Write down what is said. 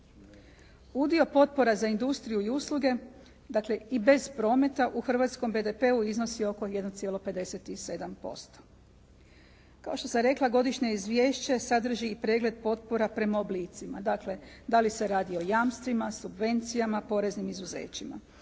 Udio potpora za industriju i usluge, dakle i bez prometa u hrvatskom BDP-u iznosi oko 1,57%. Kao što sam rekla, godišnje izvješće sadrži i pregled potpora prema oblicima, dakle, da li se radi o jamstvima, subvencijama, poreznim izuzećima.